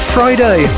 Friday